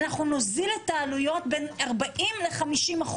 נוזיל את העלויות בין 40% ל-50%.